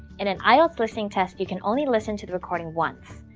and an ielts listening test, you can only listen to the recording once.